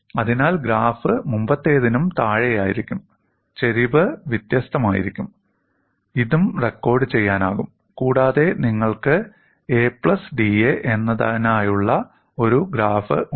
അതിനാൽ ഗ്രാഫ് മുമ്പത്തേതിന് താഴെയായിരിക്കും ചരിവ് വ്യത്യസ്തമായിരിക്കും ഇതും റെക്കോർഡുചെയ്യാനാകും കൂടാതെ നിങ്ങൾക്ക് 'a പ്ലസ് da' എന്നതിനായുള്ള ഒരു ഗ്രാഫ് ഉണ്ട്